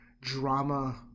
drama